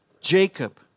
Jacob